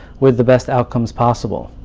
with the best outcomes possible.